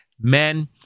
Men